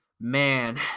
man